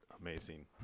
amazing